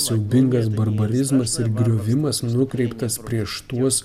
siaubingas barbarizmas ir griovimas nukreiptas prieš tuos